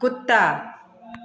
कुत्ता